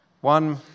One